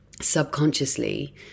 subconsciously